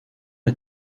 est